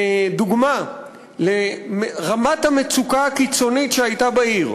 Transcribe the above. דוגמה לרמת המצוקה הקיצונית שהייתה בעיר: